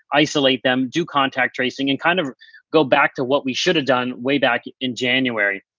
isolate them, do contact tracing and kind of go back to what we should have done way back in january.